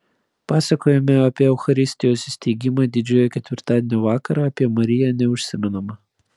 pasakojime apie eucharistijos įsteigimą didžiojo ketvirtadienio vakarą apie mariją neužsimenama